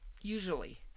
Usually